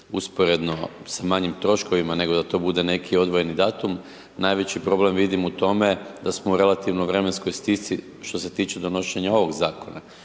usporedno sa manjim troškovima, nego da to bude neki odvojeni datum. Najveći problem vidim u tome da smo u relativno vremenskoj stisci što se tiče donošenja ovog Zakona,